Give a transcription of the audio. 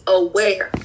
aware